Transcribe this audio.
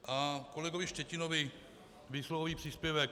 A kolegovi Štětinovi, výsluhový příspěvek.